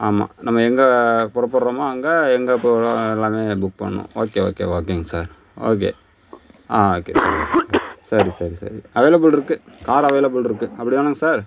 ஆமா நம்ம எங்கே புறப்படுறமோ அங்கே எங்கே போகிறோம் எல்லாம் புக் பண்ணணும் ஓகே ஓகே ஓகேங்க சார் ஓகே ஆ ஓகே சார் ஓகே சார் சரி சரி சரி அவைலபுள்ருக்கு கார் அவைலபுள்ருக்கு அப்படி தான சார்